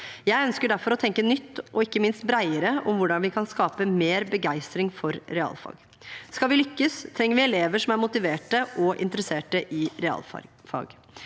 Jeg ønsker derfor å tenke nytt og ikke minst bredere om hvordan vi kan skape mer begeistring for realfagene. Skal vi lykkes, trenger vi elever som er motivert og interessert i realfag.